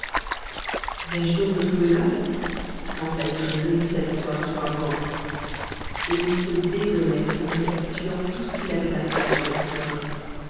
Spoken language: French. donc me trouver mal pensa-t-il réduit à s'asseoir sur un banc et il se désolait en récapitulant tout ce qu'il avait à faire dans la soirée